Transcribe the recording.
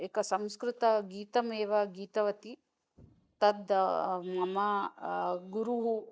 एकं संस्कृतगीतमेव गीतवती तत् मम गुरोः